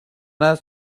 است